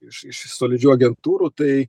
iš iš solidžių agentūrų tai